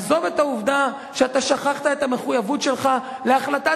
עזוב את העובדה שאתה שכחת את המחויבות שלך להחלטת